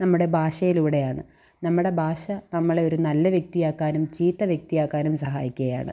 നമ്മുടെ ഭാഷയിലൂടെയാണ് നമ്മുടെ ഭാഷ നമ്മളെ ഒരു നല്ല വ്യക്തിയാക്കാനും ചീത്ത വ്യക്തിയാക്കാനും സഹായിക്കുകയാണ്